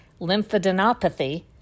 lymphadenopathy